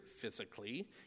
physically